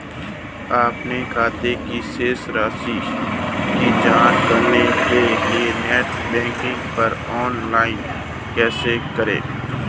अपने खाते की शेष राशि की जांच करने के लिए नेट बैंकिंग पर लॉगइन कैसे करें?